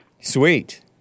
Sweet